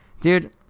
dude